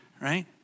right